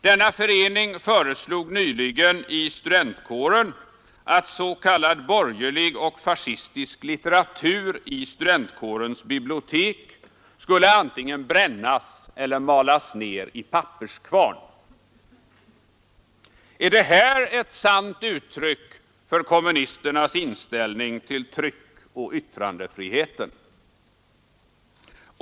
Denna förening föreslog nyligen i studentkåren att s.k. borgerlig och fascistisk litteratur i studentkårens bibliotek skulle antingen brännas eller malas ner i papperskvarn. Är detta ett sant uttryck för kommunisternas inställning till tryckoch yttrandefriheten?